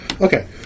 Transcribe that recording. okay